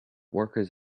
workers